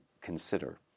consider